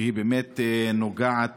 שהיא באמת נוגעת